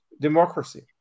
democracy